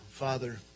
Father